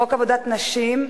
חוק עבודת נשים,